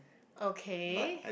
okay